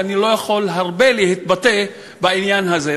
ואני לא יכול להתבטא הרבה בעניין הזה.